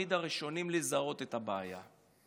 תמיד הראשונים לזהות את הבעיה.